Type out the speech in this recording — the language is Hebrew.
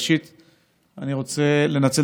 הכול כדי לסגור מעגל מול הווריאנטים.